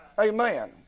Amen